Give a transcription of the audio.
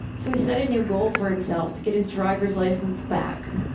so he set a new goal for himself to get his driver's license back.